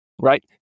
Right